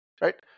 right